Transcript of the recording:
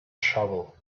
shovel